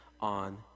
on